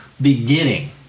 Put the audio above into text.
beginning